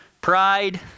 pride